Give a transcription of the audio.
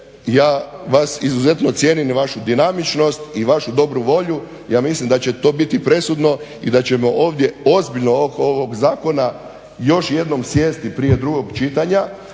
ja vas izuzetno cijenim i vašu dinamičnost i vašu dobru volju. Ja mislim da će to biti presudno i da ćemo ovdje ozbiljno oko ovog zakona još jednom sjesti prije drugog čitanja